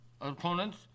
opponents